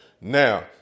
Now